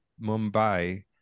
Mumbai